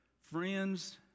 friends